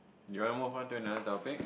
you want move on to another topic